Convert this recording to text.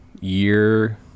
year